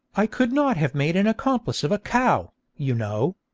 i could not have made an accomplice of a cow, you know